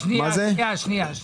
שנייה, שנייה.